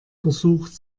versucht